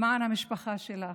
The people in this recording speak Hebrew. למען המשפחה שלך,